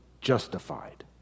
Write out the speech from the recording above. justified